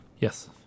Yes